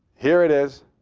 here it is.